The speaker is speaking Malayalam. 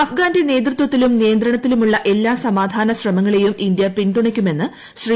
അഫ്ഗ്മൂന്റെ നേതൃത്വത്തിലും നിയന്ത്രണത്തിലുമുള്ള എല്ലാ സമാഗ്ലാന്റ് ശ്രമങ്ങളെയും ഇന്ത്യ പിന്തുണയ്ക്കുമെന്ന് ശ്രീ